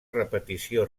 repetició